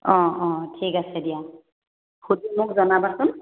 অঁ অঁ ঠিক আছে দিয়া মোক জনাবাচোন